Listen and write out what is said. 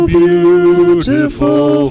beautiful